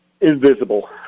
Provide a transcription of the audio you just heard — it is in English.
invisible